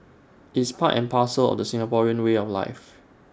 it's part and parcel of the Singaporean way of life